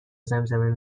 زمزمه